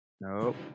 Nope